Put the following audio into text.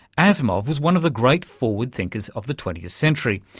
asimov was one of the great forward thinkers of the twentieth century,